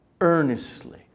earnestly